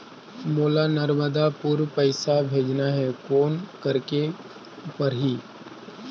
मोला नर्मदापुर पइसा भेजना हैं, कौन करेके परही?